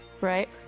right